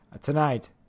tonight